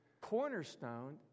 cornerstone